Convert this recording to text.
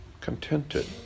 Contented